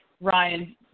Ryan